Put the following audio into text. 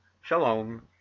shalom